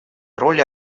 роли